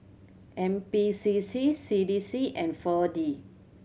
N P C C C D C and Four D